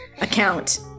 account